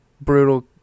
brutal